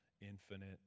infinite